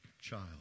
Child